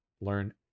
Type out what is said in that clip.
learn